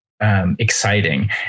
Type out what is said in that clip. Exciting